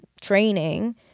training